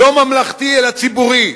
לא ממלכתי אלא ציבורי,